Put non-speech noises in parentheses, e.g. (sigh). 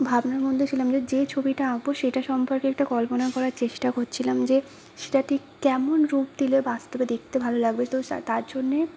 ভাবনার মধ্যে ছিলাম যে যে ছবিটা আঁকব সেটা সম্পর্কে একটা কল্পনা করার চেষ্টা করছিলাম যে সেটা ঠিক কেমন রূপ দিলে বাস্তবে দেখতে ভালো লাগবে তো (unintelligible) তার জন্য